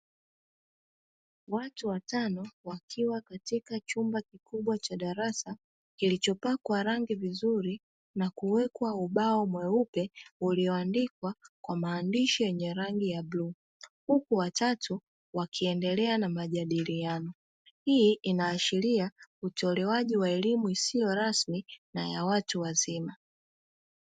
Watu watano wakiwa katika chumba kikubwa cha darasa, kilichopakwa rangi vizuri na kuwekwa ubao mweupe ulioandikwa kwa maandishi yenye rangi ya bluu. Huku watatu wakiendelea na majadiliano, hii inaashiria utolewaji wa elimu isio rasmi na ya watu wazima.